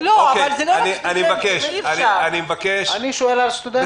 אני שואל על סטודנטים.